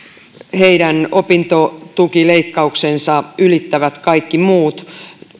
heidän opintotukileikkauksensa ylittävät kaikki muut